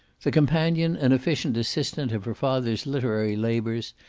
the companion and efficient assistant of her father's literary labours,